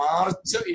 March